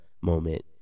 moment